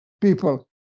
people